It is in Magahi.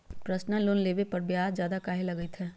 पर्सनल लोन लेबे पर ब्याज ज्यादा काहे लागईत है?